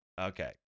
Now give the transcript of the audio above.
Okay